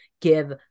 give